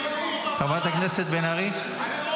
--- מה שאמרת --- עורבא פרח.